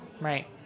Right